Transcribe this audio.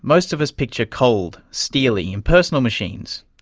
most of us picture cold, steely, impersonal machines,